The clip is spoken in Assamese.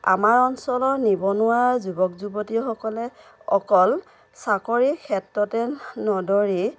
আমাৰ অঞ্চলৰ নিবনুৱা যুৱক যুৱতীসকলে অকল চাকৰিৰ ক্ষেত্ৰতে নদৌৰি